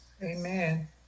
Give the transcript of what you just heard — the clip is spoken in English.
Amen